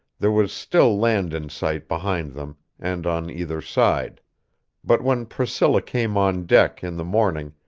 there was still land in sight behind them and on either side but when priscilla came on deck in the morning,